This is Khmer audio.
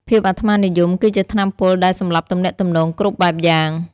ភាពអាត្មានិយមគឺជាថ្នាំពុលដែលសម្លាប់ទំនាក់ទំនងគ្រប់បែបយ៉ាង។